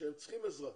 שהם צריכים עזרה,